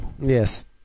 Yes